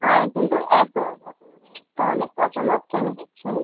কিন্তু হ্যাঁ কিন্তু এতো যখন রেট তাহলে পচা মাছ কেন দিচ্ছেন